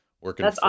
working